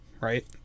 right